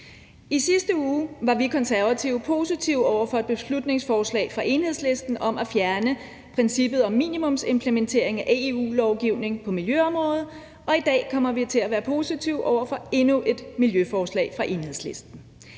I sidste uge var vi Konservative positive over for et beslutningsforslag fra Enhedslisten om at fjerne princippet om minimumsimplementering af EU-lovgivning på miljøområdet, og i dag kommer vi til at være positive over for endnu et miljøforslag fra Enhedslisten.